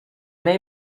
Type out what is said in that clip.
may